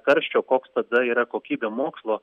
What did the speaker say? karščio koks tada yra kokybė mokslo